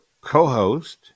co-host